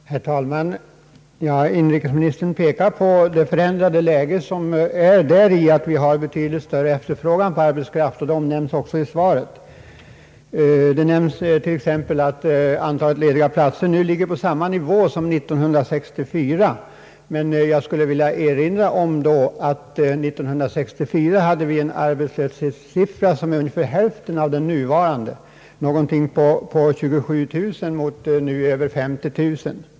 Herr talman! Inrikesministern pekar på det förändrade läge som inträtt därigenom att vi har fått betydligt större efterfrågan på arbetskraft. Det omnämns också i svaret, där det sägs t.ex. att antalet lediga platser nu ligger på samma nivå som 1964. Jag vill emellertid erinra om att arbetslöshetssiffran för år 1964 ligger vid ungefär hälften av den nuvarande, ungefär 27 000 mot nu över 50 000.